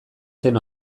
zen